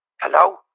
Hello